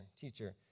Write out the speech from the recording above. teacher